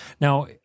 Now